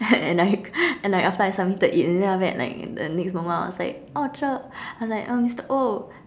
and like and like after I submitted it and then after that like the next moment I was like oh Cher like uh Mister-Oh